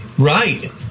Right